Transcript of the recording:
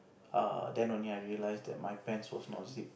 err then only I realise that my pants was not zipped